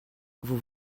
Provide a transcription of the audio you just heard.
vous